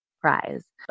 prize